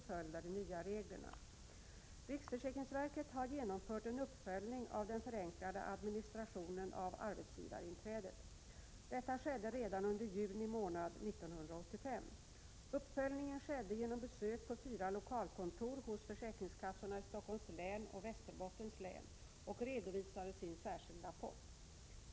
Riksförsäkringsverket har genomfört en uppföljning av den förenklade administrationen av arbetsgivarinträdet. Detta skedde redan under juni månad 1985. Uppföljningen skedde genom besök på fyra lokalkontor hos försäkringskassorna i Stockholms län och Västerbottens län och redovisades i en särskild rapport.